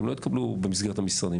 הן לא התקבלו במסגרת המשרדים.